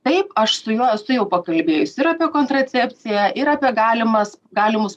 taip aš su juo esu jau pakalbėjus ir apie kontracepciją ir apie galimas galimus